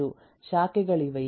ಶಾಖೆಗಳಿವೆಯೇ